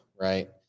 right